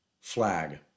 flag